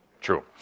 True